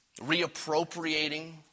reappropriating